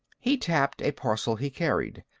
he tapped a parcel he carried.